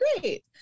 great